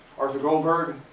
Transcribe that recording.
arthur goldberg